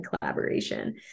collaboration